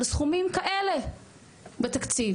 על סכומים כאלה בתקציב,